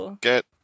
get